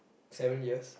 seven years